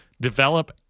develop